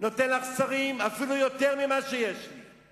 נותן לך שרים אפילו יותר ממה שיש לי.